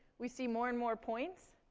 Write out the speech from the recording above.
we see more and more points.